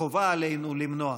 חובה עלינו למנוע.